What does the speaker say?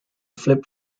flip